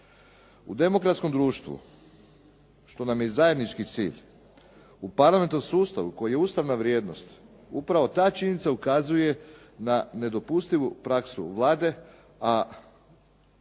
U demokratskom društvu, što nam je zajednički cilj, u parlamentarnom sustavu koji je ustavna vrijednost, upravo ta činjenica ukazuje na nedopustivu praksu Vlade, a